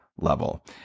level